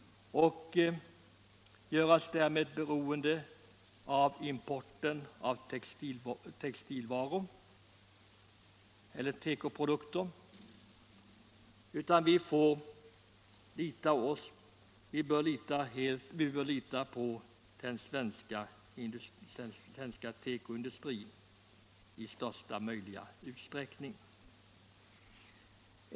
Utan denna skulle vi bli beroende av importerade tekoprodukter.